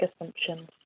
assumptions